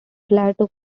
plateau